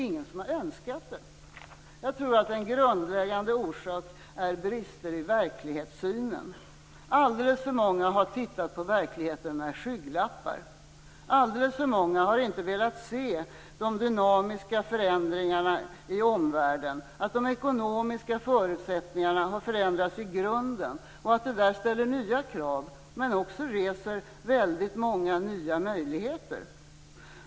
Ingen har ju önskat det. Jag tror att en grundläggande orsak är brister i verklighetssynen. Alldeles för många har tittat på verkligheten med skygglappar. Alldeles för många har inte velat se de dynamiska förändringarna i omvärlden. Man har inte velat se att de ekonomiska förutsättningarna har förändrats i grunden och att detta ställer nya krav - men också skapar väldigt många nya möjligheter.